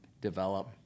develop